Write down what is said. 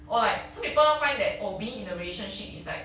or like some people find that oh being in the relationship is like